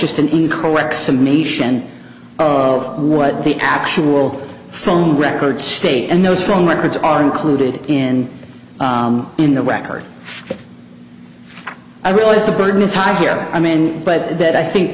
just an incorrect summation of what the actual phone records state and those strong records are included in in the record i realize the burden is high here i'm in but that i think